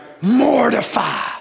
Mortify